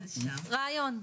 רעיון,